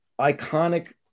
iconic